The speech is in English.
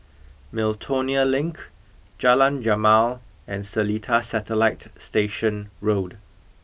Miltonia Link Jalan Jamal and Seletar Satellite Station Road